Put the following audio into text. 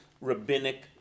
rabbinic